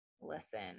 listen